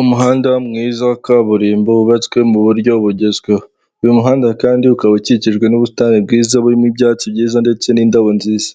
Umuhanda mwiza wa kaburimbo wubatswe mu buryo bugezweho. Uyu muhanda kandi ukaba ukikijwe n'ubusitani bwiza burimo ibyatsi byiza ndetse n'indabo nziza